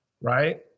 right